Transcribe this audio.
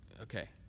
okay